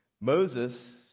Moses